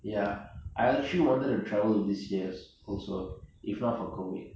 ya I actually wanted to travel this year's also if not for COVID